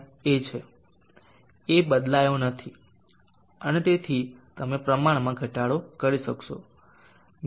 A બદલાયો નથી અને તેથી તમે પ્રમાણમાં ઘટાડો કરી શકશો